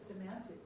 semantics